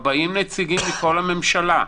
40 נציגים מכל הממשלה.